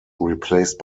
replaced